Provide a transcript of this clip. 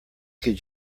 could